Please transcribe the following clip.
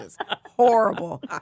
horrible